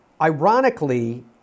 Ironically